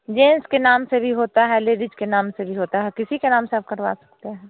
gents के नाम से भी होता है लेडिज़ के नाम से भी होता है किसी के नाम से आप करवा सकते हैं